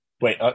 Wait